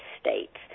states